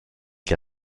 che